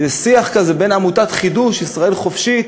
זה שיח כזה בין עמותת חידו"ש, "ישראל חופשית"